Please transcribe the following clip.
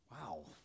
Wow